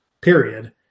period